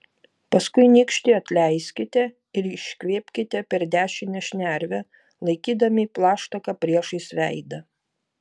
paskui nykštį atleiskite ir iškvėpkite per dešinę šnervę laikydami plaštaką priešais veidą